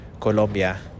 colombia